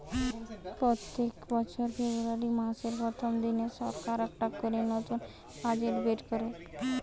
পোত্তেক বছর ফেব্রুয়ারী মাসের প্রথম দিনে সরকার একটা করে নতুন বাজেট বের কোরে